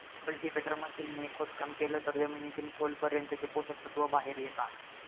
cultivator machine ने खोदकाम केलं तर जमिनीतील खोल पर्यंतचे पोषक तत्व बाहेर येता